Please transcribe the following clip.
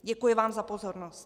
Děkuji vám za pozornost.